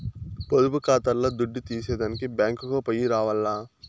పొదుపు కాతాల్ల దుడ్డు తీసేదానికి బ్యేంకుకో పొయ్యి రావాల్ల